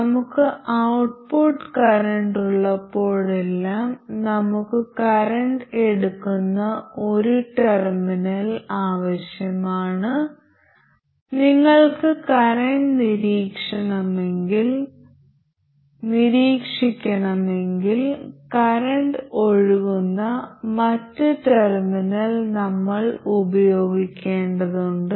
നമുക്ക് ഔട്ട്പുട്ട് കറന്റുള്ളപ്പോഴെല്ലാം നമുക്ക് കറന്റ് എടുക്കുന്ന ഒരു ടെർമിനൽ ആവശ്യമാണ് നിങ്ങൾക്ക് കറന്റ് നിരീക്ഷിക്കണമെങ്കിൽ കറന്റ് ഒഴുകുന്ന മറ്റ് ടെർമിനൽ നമ്മൾ ഉപയോഗിക്കേണ്ടതുണ്ട്